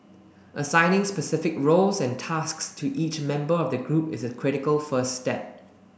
assigning specific roles and tasks to each member of the group is a critical first step